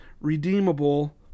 redeemable